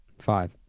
Five